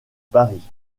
paris